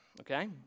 okay